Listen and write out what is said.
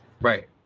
Right